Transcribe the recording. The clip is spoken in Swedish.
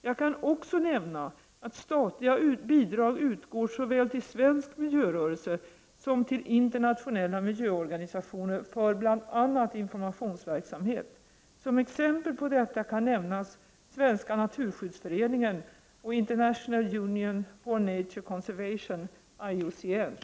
Jag kan också nämna att statliga bidrag utgår såväl till svensk miljörörelse som till internationella miljöorganisationer för bl.a. informationsverksamhet. Som exempel på detta kan nämnas Svenska naturskyddsföreningen och International Union For Nature Conservation, IUCN.